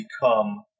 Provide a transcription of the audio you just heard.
become